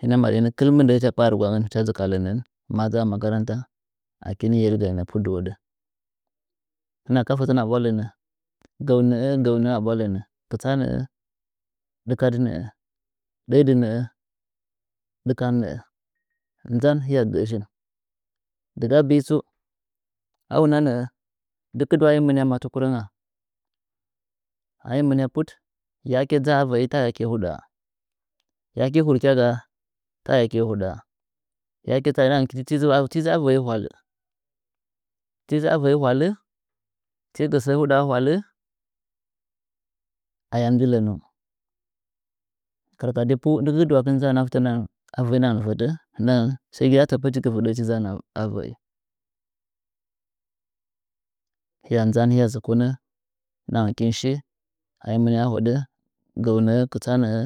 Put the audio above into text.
hɨna maɗɨ nɚ kɨl mɨndɚ hɨcha kpaa rɨgwangɚn hɨcha dzt ka lɚnɚn madza a makaranta aki, yeni gai nɚ put dɨ hoɗɚ hɨna ka fetɚn a bwa lɚnɚ gɚu nɚɚ gɚu nɚɚ kɨsta nɚɚ ɗɨkadɨ nɚɚ nzan hɨya gɚ shiu dɨga biii tsu a una nɚɚ dɨkɨduwa ahim mɨnia ma tukure ngga ayim mɨnia put yake dzaa a uɚii ta yake huɗaa yake hukyagaa ta yake huɗaa yake te ra ti dzi ti dzi a yɚii hwalhɨ tidzi a vɚii hwalɨ ti gɚ sɚ hudaa hwallɚ aya nggɚlɚmɚn kara kadi pu nggɨ pu nggɚ kɨɗɨ waktu tɚtɚn dzanɚ a vɚri ndtɗangɚn fɚtɚ sai gai a tɚpɚchi vɨɗachi dzanɚ a vɚ'i hɨya nzan hɨya zokonɚ nɗɨɗangɚ kin shi ahim mɨnɨa a hoɗɚ ga mgbɚ'i kɨsta nɚɚ.